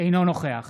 אינו נוכח